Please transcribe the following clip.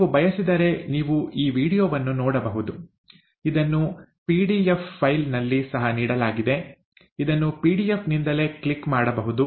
ನೀವು ಬಯಸಿದರೆ ನೀವು ಈ ವೀಡಿಯೊವನ್ನು ನೋಡಬಹುದು ಇದನ್ನು ಪಿಡಿಎಫ್ ಫೈಲ್ ನಲ್ಲಿ ಸಹ ನೀಡಲಾಗಿದೆ ಇದನ್ನು ಪಿಡಿಎಫ್ ನಿಂದಲೇ ಕ್ಲಿಕ್ ಮಾಡಬಹುದು